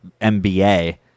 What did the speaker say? MBA